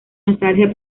nostalgia